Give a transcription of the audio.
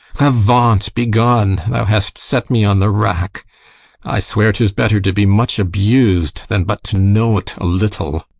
avaunt! be gone! thou hast set me on the rack i swear tis better to be much abus'd than but to know't a little.